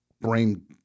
brain